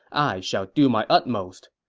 i shall do my utmost.